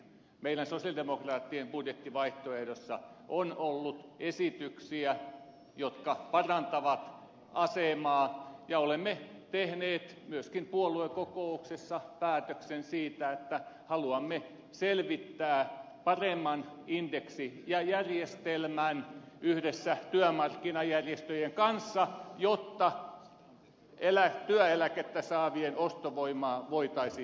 meidän sosialidemokraattien budjettivaihtoehdossa on ollut esityksiä jotka parantavat näiden ihmisten asemaa ja olemme tehneet myöskin puoluekokouksessa päätöksen siitä että haluamme selvittää paremman indeksijärjestelmän yhdessä työmarkkinajärjestöjen kanssa jotta työeläkettä saavien ostovoimaa voitaisiin parantaa